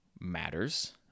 matters